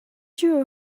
two